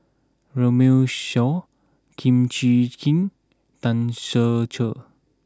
Runme Shaw Kim Chee Kin Tan Ser Cher